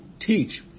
teach